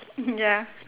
ya